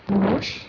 Bhupesh